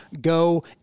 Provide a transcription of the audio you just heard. go